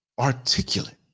articulate